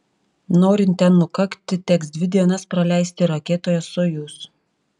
norint ten nukakti teks dvi dienas praleisti raketoje sojuz